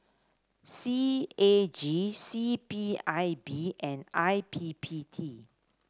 C A G C P I B and I P P T